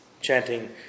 Chanting